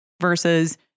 Versus